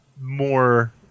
more